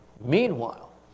Meanwhile